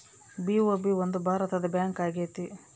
BOB ಒಂದು ಭಾರತದ bank ಆಗೈತೆ